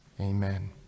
Amen